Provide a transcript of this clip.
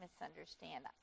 misunderstand